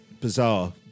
bizarre